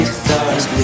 stars